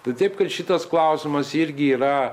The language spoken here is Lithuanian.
tad taip kad šitas klausimas irgi yra